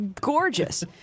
gorgeous